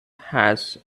has